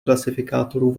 klasifikátorů